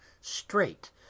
straight